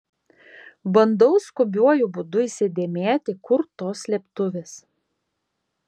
bandau skubiuoju būdu įsidėmėti kur tos slėptuvės